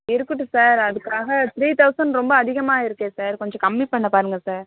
இருக்கட்டும் சார் அதுக்காக three thousand ரொம்ப அதிகமாக இருக்கே சார் கொஞ்சம் கம்மி பண்ணப் பாருங்கள் சார்